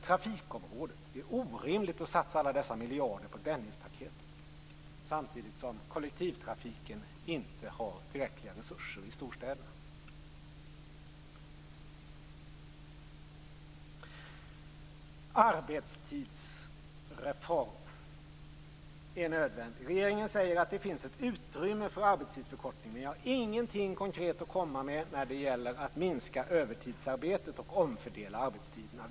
På trafikområdet är det orimligt att satsa alla dessa miljarder på Dennispaketet, samtidigt som kollektivtrafiken inte har tillräckliga resurser i storstäderna. En arbetstidsreform är nödvändig. Regeringen säger att det finns ett utrymme för arbetstidsförkortningen. Men ni har ingenting konkret att komma med när det gäller att minska övertidsarbetet och omfördela arbetstiderna.